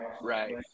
Right